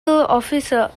އޮފިސަރ